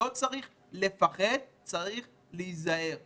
לא צריך לפחד, צריך להיזהר.